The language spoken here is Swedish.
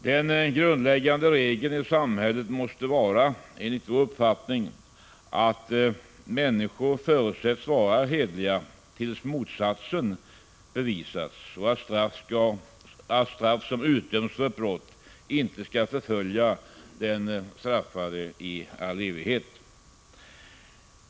Den grundläggande regeln i samhället måste enligt vår uppfattning vara att människor förutsätts vara hederliga tills motsatsen bevisats och att straff som utdöms för ett brott inte skall förfölja den straffade i all evighet.